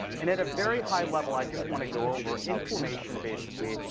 and at a very high level, i just want to go over. inflammation basically,